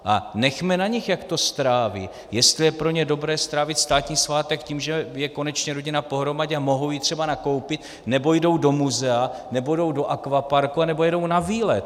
A nechme na nich, jak to stráví, jestli je pro ně dobré strávit státní svátek tím, že je konečně rodina pohromadě a mohou jít třeba nakoupit, nebo jdou do muzea, nebo jdou do akvaparku, anebo jedou na výlet.